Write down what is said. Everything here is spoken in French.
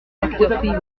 acteurs